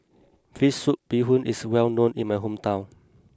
Fish Soup Bee Hoon is well known in my hometown